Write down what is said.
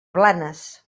blanes